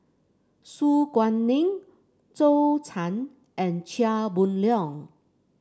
Su Guaning Zhou Can and Chia Boon Leong